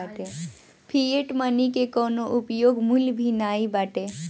fiat money के कवनो उपयोग मूल्य भी नाइ बाटे